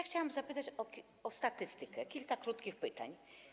Chciałam zapytać o statystykę, kilka krótkich pytań.